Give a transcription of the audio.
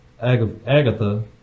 Agatha